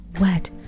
wet